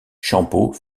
champeaux